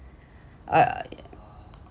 I